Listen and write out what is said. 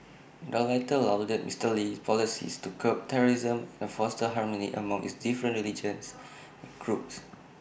the latter lauded Mister Lee's policies to curb terrorism and foster harmony among its different religious groups